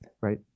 right